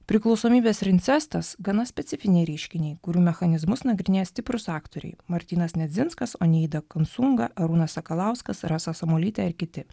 priklausomybės rincestas gana specifiniai reiškiniai kurių mechanizmus nagrinėja stiprūs aktoriai martynas nedzinskas oneida konsunga arūnas sakalauskas rasa samuolytė ir kiti